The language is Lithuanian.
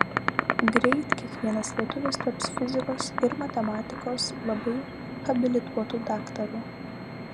greit kiekvienas lietuvis taps fizikos ir matematikos labai habilituotu daktaru